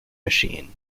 machine